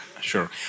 Sure